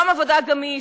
יום עבודה גמיש,